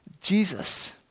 Jesus